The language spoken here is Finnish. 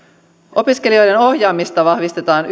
opiskelijoiden ohjaamista vahvistetaan